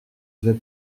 vais